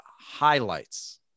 highlights